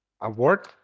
Award